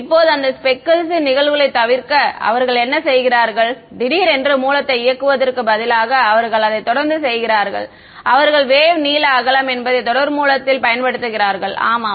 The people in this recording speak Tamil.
இப்போது அந்த ஸ்பெக்கிள்ஸ் நிகழ்வுகளைத் தவிர்க்க அவர்கள் என்ன செய்கிறார்கள் திடீரென்று மூலத்தை இயக்குவதற்கு பதிலாக அவர்கள் அதை தொடர்ந்து செய்கிறார்கள் அவர்கள் வேவ் நீள அகலம் என்பதைப் தொடர் மூலத்தில் பயன்படுத்துகிறார்கள் ஆமாம்